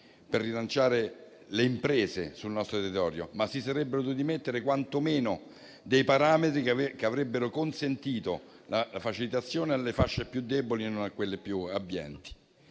per rilanciare le imprese sul nostro territorio, ma si sarebbero dovuti mettere quantomeno dei parametri per facilitare le fasce più deboli e non quelle più abbienti.